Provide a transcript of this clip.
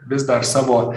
vis dar savo